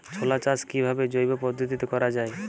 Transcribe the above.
ছোলা চাষ কিভাবে জৈব পদ্ধতিতে করা যায়?